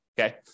Okay